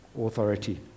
authority